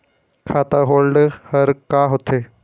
खाता होल्ड हर का होथे?